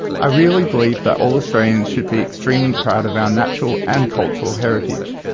i really believe that all australians should be extremely proud of our natural and cultural heritage.